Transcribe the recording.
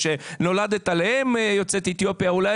או נולדת לאם יוצאת אתיופיה - אולי